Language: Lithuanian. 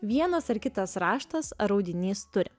vienas ar kitas raštas ar audinys turi